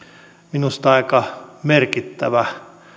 minusta aika merkittävä